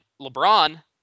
LeBron